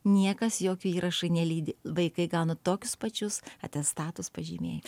niekas jokių įrašai nelydi vaikai gauna tokius pačius atestatus pažymiai